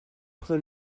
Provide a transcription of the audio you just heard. fyddwn